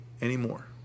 anymore